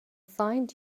find